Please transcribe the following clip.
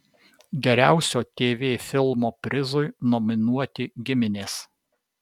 geriausio tv filmo prizui nominuoti giminės